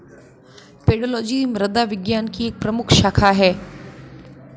pedology मृदा विज्ञान की एक प्रमुख शाखा है